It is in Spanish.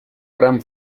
gran